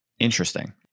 interesting